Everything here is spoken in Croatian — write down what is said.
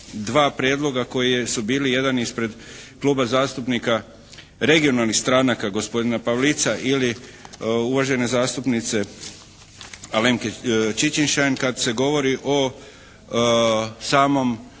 dva prijedloga koji su bili jedan ispred Kluba zastupnika Regionalnih stranaka gospodina Pavlica ili uvažene zastupnice Alenke Čičin-Šain kad se govori o samom